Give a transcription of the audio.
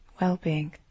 well-being